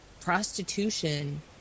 prostitution